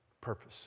purpose